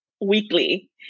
weekly